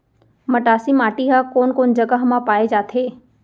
मटासी माटी हा कोन कोन जगह मा पाये जाथे?